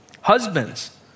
husbands